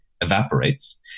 evaporates